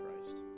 Christ